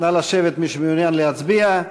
נא לשבת, מי שמעוניין להצביע.